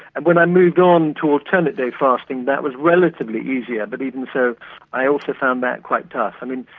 and when i moved on to alternate-day fasting that was relatively easier but even so i also found that quite tough. i mean,